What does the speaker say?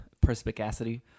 perspicacity